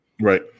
Right